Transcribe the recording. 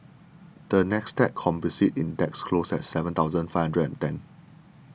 the NASDAQ Composite Index closed at seven thousand Five Hundred and ten